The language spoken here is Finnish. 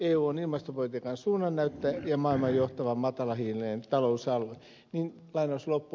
eu on ilmastopolitiikan suunnannäyttäjä ja maailman johtava matalahiilinen talousalue